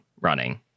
running